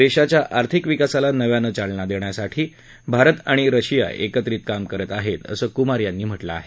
देशाच्या आर्थिक विकासाला नव्यानं चालना देण्यासाठी भारत आणि रशिया एकत्रित काम करत आहेत असं कुमार यांनी म्हटलं आहे